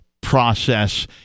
process